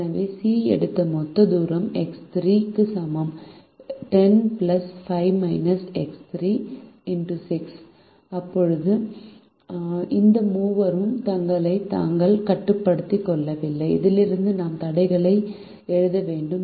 எனவே சி எடுத்த மொத்த நேரம் எக்ஸ் 3 க்கு சமம் 10 6 இப்போது இந்த மூவரும் தங்களைத் தாங்களே கட்டுப்படுத்திக் கொள்ளவில்லை இதிலிருந்து நாம் தடைகளை எழுத வேண்டும்